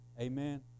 Amen